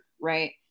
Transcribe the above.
Right